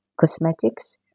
cosmetics